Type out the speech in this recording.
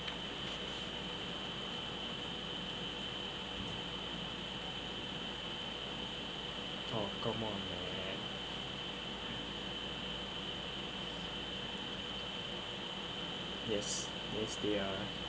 oh come on man yes yes they are